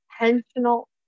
intentional